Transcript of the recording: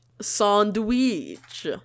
Sandwich